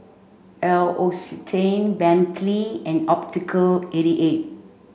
L'Occitane Bentley and Optical eighty eight